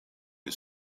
his